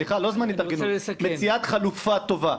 סליחה, לא זמן התארגנות מציאת חלופה טובה.